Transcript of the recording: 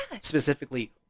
specifically